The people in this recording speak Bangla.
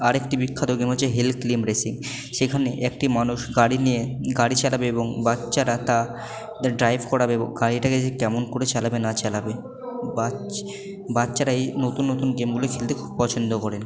আর একটি বিখ্যাত গেম হচ্ছে হিল ক্লাইম্ব রেসিং সেইখানে একটি মানুষ গাড়ি নিয়ে গাড়ি চালাবে এবং বাচ্চাটা তা ড্রাইভ করাবে গাড়িটাকে যে কেমন করে চালাবে না চালাবে বাচ্চারা এই নতুন নতুন গেমগুলি খেলতে খুব পছন্দ করেন